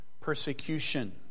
persecution